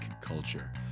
culture